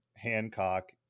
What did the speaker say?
Hancock